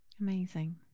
Amazing